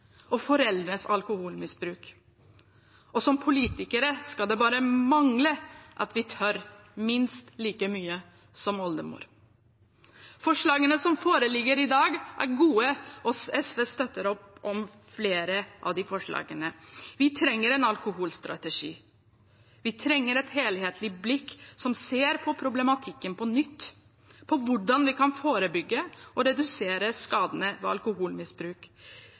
og foreldres alkoholmisbruk. Og som politikere skulle det bare mangle at vi ikke tør minst like mye som oldemor. Forslagene som foreligger i dag, er gode, og SV støtter opp om flere av dem. Vi trenger en alkoholstrategi. Vi trenger et helhetlig blikk som ser på problematikken på nytt, på hvordan vi kan forebygge og redusere skadene ved alkoholmisbruk,